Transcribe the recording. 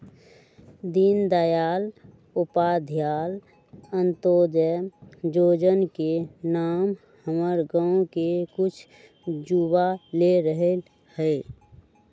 दीनदयाल उपाध्याय अंत्योदय जोजना के नाम हमर गांव के कुछ जुवा ले रहल हइ